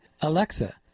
Alexa